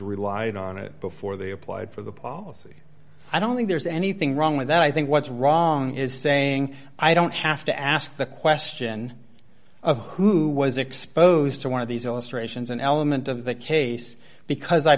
relied on it before they applied for the policy i don't think there's anything wrong with that i think what's wrong is saying i don't have to ask the question of who was exposed to one of these illustrations and element of the case because i